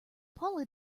paula